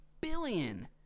billion